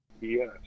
Yes